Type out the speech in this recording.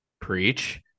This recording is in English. preach